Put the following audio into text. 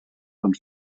von